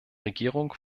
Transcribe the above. regierung